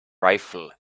rifle